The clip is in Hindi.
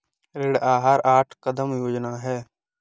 ऋण आहार आठ कदम योजना है